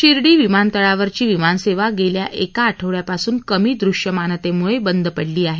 शिर्डी विमानतळावरची विमानसेवा गेल्या एक आठवड्यापासून कमी दृष्यमानतेमुळे बंद पडली आहे